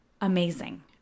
Amazing